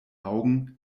augen